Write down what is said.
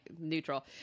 neutral